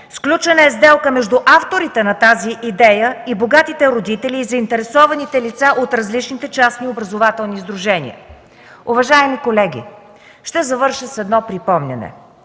сключена е сделка между авторите на тази идея и богатите родители, и заинтересованите лица от различни частни образователни сдружения. Уважаеми колеги, ще завърша с едно припомняне.